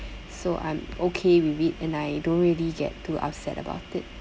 so I'm okay with it and I don't really get too upset about it